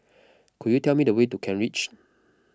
could you tell me the way to Kent Ridge